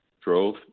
drove